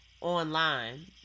online